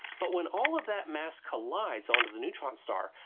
but when all of that mass collides onto the neutron star,